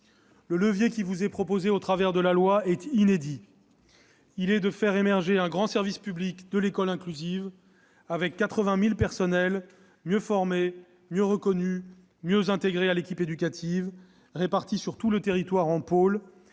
le levier qui vous est proposé au travers de ce projet de loi est inédit : il s'agit de faire émerger un grand service public de l'école inclusive avec 80 000 personnels mieux formés, mieux reconnus, mieux intégrés à l'équipe éducative, répartis sur tout le territoire en pôles,